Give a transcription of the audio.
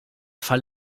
fall